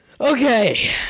Okay